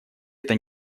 это